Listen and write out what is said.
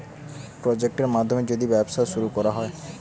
project মাধ্যমে যদি ব্যবসা শুরু করা হয়